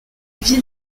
vie